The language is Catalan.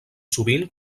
sovint